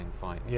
fight